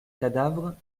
cadavres